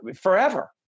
forever